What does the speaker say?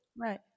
Right